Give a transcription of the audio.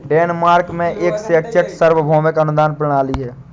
Denmark में एक शैक्षिक सार्वभौमिक अनुदान प्रणाली है